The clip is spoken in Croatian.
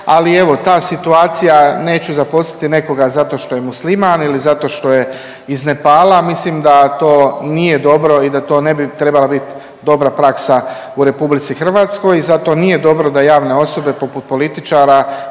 Ali evo ta situacija neću zaposliti nekoga zato što je Musliman ili zato što je iz Nepala mislim da to nije dobro i da to ne bi trebala biti dobra praksa u Republici Hrvatskoj. I zato nije dobro da javne osobe poput političara